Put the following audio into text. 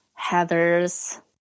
Heathers